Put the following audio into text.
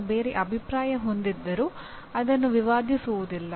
ನಾವು ಬೇರೆ ಅಭಿಪ್ರಾಯ ಹೊಂದಿದ್ದರೂ ಅದನ್ನು ವಿವಾದಿಸುವುದಿಲ್ಲ